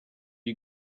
you